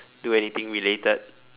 do anything related